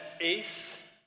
Ace